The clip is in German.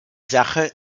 sache